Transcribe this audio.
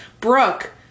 brooke